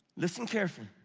listen carefully.